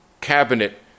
cabinet